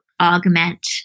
augment